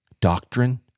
doctrine